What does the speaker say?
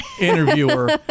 interviewer